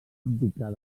abdicar